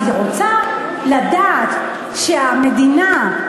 היא רוצה לדעת שהמדינה,